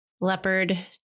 leopard